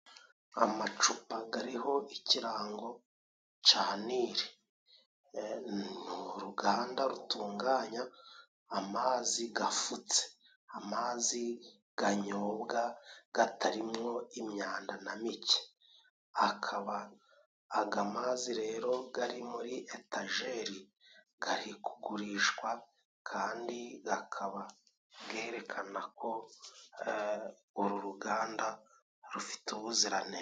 Amacupa gariho ikirango ca Nili .Ni uruganda rutunganya amazi gafutse. Amazi ganyobwa gatarimo imyanda na micye. Akaba agamazi rero gari muri etajere gari kugurishwa kandi gakaba bwerekana ko uru ruganda rufite ubuziranenge.